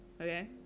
okay